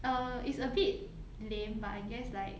err it's a bit lame but I guess like